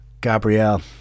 Gabrielle